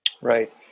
Right